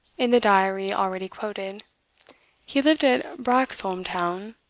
in the diary already quoted he lived at branxholme town,